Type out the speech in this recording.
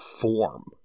form